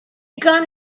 gun